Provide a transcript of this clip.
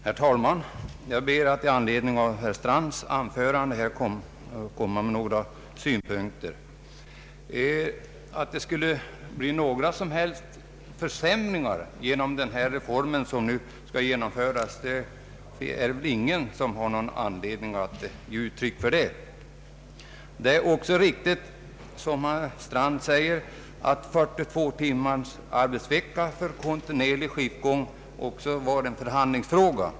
Herr talman! Jag ber att i anledning av herr Strands anförande få komma med några synpunkter. Att det skulle bli några som helst försämringar genom den reform som nu skall genomföras är det ingen som har anledning att förmoda. Det är också riktigt, som herr Strand säger, att 42 timmars arbetsvecka vid kontinuerlig skiftgång genomfördes efter förhandlingar.